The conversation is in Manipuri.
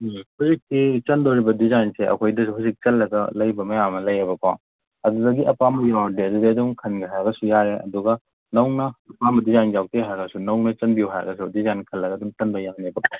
ꯎꯝ ꯍꯧꯖꯤꯛꯀꯤ ꯆꯟꯒꯗꯧꯔꯤꯕ ꯗꯤꯖꯥꯏꯟꯁꯦ ꯑꯩꯈꯣꯏꯗꯁꯨ ꯍꯧꯖꯤꯛ ꯆꯜꯂꯒ ꯂꯩꯕ ꯃꯌꯥꯝ ꯑꯃ ꯂꯩ ꯑꯕꯀꯣ ꯑꯗꯨꯗꯒꯤ ꯑꯄꯥꯝꯕ ꯌꯥꯎꯔꯗꯤ ꯑꯗꯨꯗꯒꯤ ꯑꯗꯨꯝ ꯈꯟꯒꯦ ꯍꯥꯏꯔꯒꯁꯨ ꯌꯥꯔꯦ ꯑꯗꯨꯒ ꯅꯧꯅ ꯑꯄꯥꯝꯕ ꯗꯤꯖꯥꯏꯟ ꯌꯥꯎꯗꯦ ꯍꯥꯏꯔꯁꯨ ꯅꯧꯅ ꯆꯟꯕꯤꯌꯨ ꯍꯥꯏꯔꯒꯁꯨ ꯗꯤꯖꯥꯏꯟ ꯈꯜꯂꯒ ꯑꯗꯨꯝ ꯆꯟꯕ ꯌꯥꯒꯅꯤ ꯑꯗꯨꯒꯤꯗꯤ